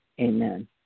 Amen